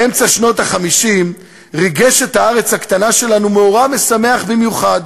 באמצע שנות ה-50 ריגש את הארץ הקטנה שלנו מאורע משמח במיוחד: